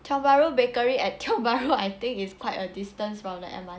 Tiong Bahru Bakery at tiong bahru I think is quite a distance from the M_R_T I'm not sure lah